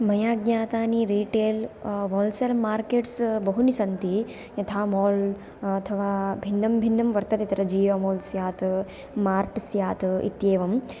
मया ज्ञातानि retail wholesale markets बहूनि सन्ति यथा माल् अथवा भिन्नं भिन्नं वर्तते तत्र जियोमाल् मार्ट् स्यात् इत्येवं